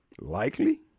Likely